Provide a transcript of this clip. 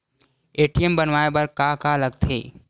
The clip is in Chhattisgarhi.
ए.टी.एम बनवाय बर का का लगथे?